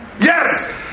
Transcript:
yes